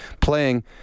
playing